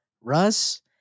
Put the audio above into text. Russ